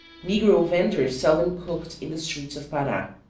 negro venders sell them cooked in the streets of para.